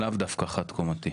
לאו דווקא חד-קומתי.